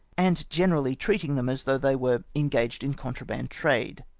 and generally treating them as though they were engaged in contraband trade.